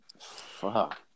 fuck